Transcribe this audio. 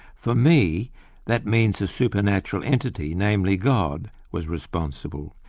for me that means a supernatural entity, namely god, was responsible,